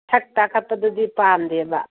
ꯁꯛ ꯇꯥꯛꯈꯠꯄꯗꯨꯗꯤ ꯄꯥꯝꯗꯦꯕ